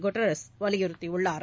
Guterres வலியுறுத்தியுள்ளார்